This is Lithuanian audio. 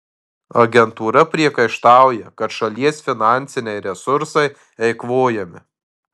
agentūra priekaištauja kad šalies finansiniai resursai eikvojami